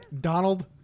donald